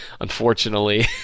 unfortunately